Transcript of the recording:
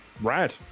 Rad